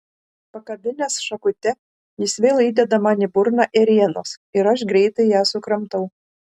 pakabinęs šakute jis vėl įdeda man į burną ėrienos ir aš greitai ją sukramtau